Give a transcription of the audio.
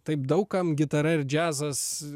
taip daug kam gitara ir džiazas